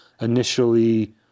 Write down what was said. initially